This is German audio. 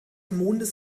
mondes